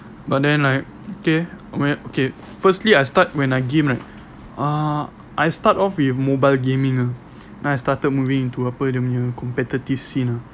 but then like okay okay firstly I start when I game right uh I start off with mobile gaming ah then I started moving to apa dia punya competitive scene ah